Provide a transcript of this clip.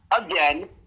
again